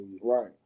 right